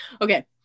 okay